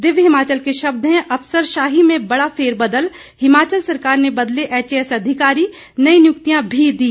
दिव्य हिमाचल के शब्द है अफसरशाही में बड़ा फेर बदल हिमाचल सरकार ने बदले एचएएस अधिकारी नई नियुक्तियां भी दी